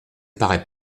paraît